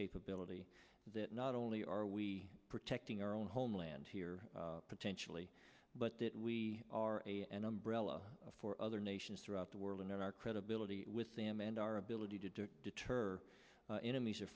capability that not only are we protecting our own homeland here potentially but that we are a an umbrella for other nations throughout the world and our credibility with them and our ability to deter enemies o